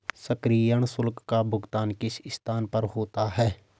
सक्रियण शुल्क का भुगतान किस स्थान पर होता है?